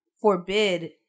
forbid